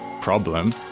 problem